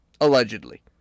allegedly